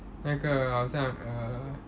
那个好像 err